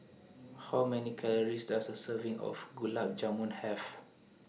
How Many Calories Does A Serving of Gulab Jamun Have